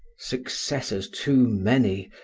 successors too many,